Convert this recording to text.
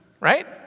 right